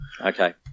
Okay